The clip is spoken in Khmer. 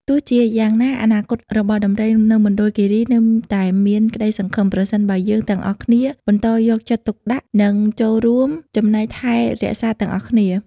ទោះជាយ៉ាងណាអនាគតរបស់ដំរីនៅមណ្ឌលគិរីនៅតែមានក្តីសង្ឃឹម ប្រសិនបើយើងទាំងអស់គ្នាបន្តយកចិត្តទុកដាក់ និងចូលរួមចំណែកថែរក្សាទាំងអស់គ្នា។